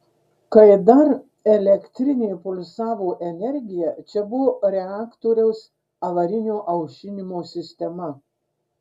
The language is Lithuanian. kai dar elektrinė pulsavo energija čia buvo reaktoriaus avarinio aušinimo sistema